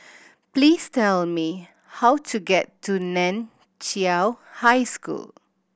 please tell me how to get to Nan Chiau High School